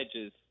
edges